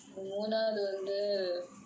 மூணாவது வந்து:moonavathu vanthu